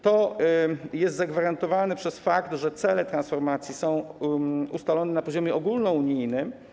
To jest zagwarantowane przez fakt, że cele transformacji są ustalone na poziomie ogólnounijnym.